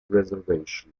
reservation